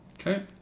Okay